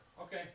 Okay